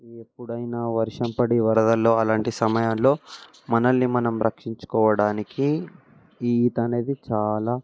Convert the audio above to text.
ఎప్పుడైనా వర్షం పడి వరదలు అలాంటి సమయాలలో మనల్ని మనం రక్షించుకోడానికి ఈ ఈత అనేది చాలా